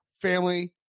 family